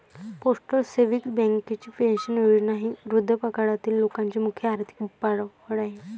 postal savings बँकेची pension योजना ही वृद्धापकाळातील लोकांचे मुख्य आर्थिक पाठबळ आहे